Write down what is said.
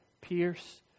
pierce